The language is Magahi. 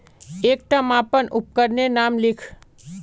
एकटा मापन उपकरनेर नाम लिख?